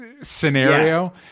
scenario